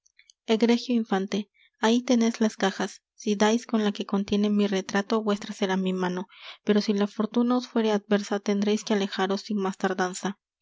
egregio infante ahí teneis las cajas si dais con la que contiene mi retrato vuestra será mi mano pero si la fortuna os fuere adversa tendreis que alejaros sin más tardanza